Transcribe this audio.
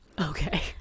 Okay